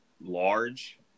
large